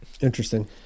interesting